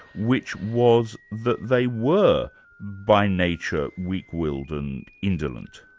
which was that they were by nature weak-willed and indolent.